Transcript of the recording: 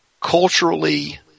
culturally